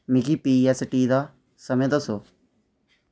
मिगी P S T दा समें दस्सो